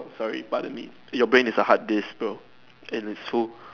sorry pardon me your brain is a hard disk bro and it so